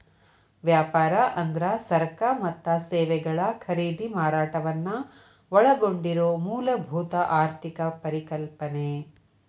ವ್ಯಾಪಾರ ಅಂದ್ರ ಸರಕ ಮತ್ತ ಸೇವೆಗಳ ಖರೇದಿ ಮಾರಾಟವನ್ನ ಒಳಗೊಂಡಿರೊ ಮೂಲಭೂತ ಆರ್ಥಿಕ ಪರಿಕಲ್ಪನೆ